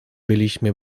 byliśmy